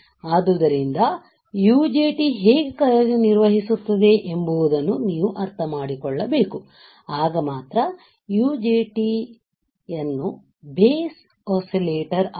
ಆದ್ದರಿಂದ UJT ಹೇಗೆ ಕಾರ್ಯನಿರ್ವಹಿಸುತ್ತದೆ ಎಂಬುದನ್ನು ನೀವು ಅರ್ಥಮಾಡಿಕೊಳ್ಳಬೇಕು ಆಗ ಮಾತ್ರ UJT ನ್ನು ಬೇಸ್ ಒಸ್ಸಿಲೇಟರ್base oscillator